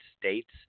states